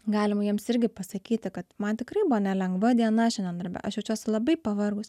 galima jiems irgi pasakyti kad man tikrai buvo nelengva diena šiandien darbe aš jaučiuosi labai pavargus